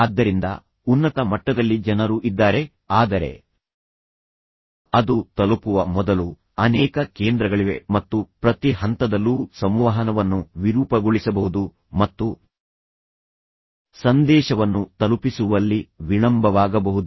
ಆದ್ದರಿಂದ ಉನ್ನತ ಮಟ್ಟದಲ್ಲಿ ಜನರು ಇದ್ದಾರೆ ಆದರೆ ಅದು ತಲುಪುವ ಮೊದಲು ಅನೇಕ ಕೇಂದ್ರಗಳಿವೆ ಮತ್ತು ಪ್ರತಿ ಹಂತದಲ್ಲೂ ಸಂವಹನವನ್ನು ವಿರೂಪಗೊಳಿಸಬಹುದು ಮತ್ತು ಸಂದೇಶವನ್ನು ತಲುಪಿಸುವಲ್ಲಿ ವಿಳಂಬವಾಗಬಹುದು